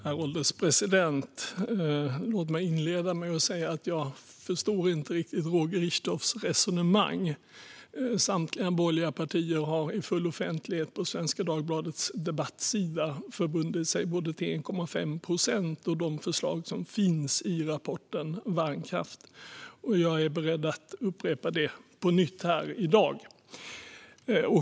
Herr ålderspresident! Låt mig inleda med att säga att jag inte riktigt förstår Roger Richtoffs resonemang. Samtliga borgerliga partier har i full offentlighet på Svenska Dagbladets debattsida förbundit sig till både 1,5 procent och de förslag som finns i rapporten Värnkraft . Jag är beredd att upprepa det på nytt här i dag.